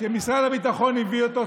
שמשרד הביטחון הביא אותו,